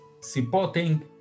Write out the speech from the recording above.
supporting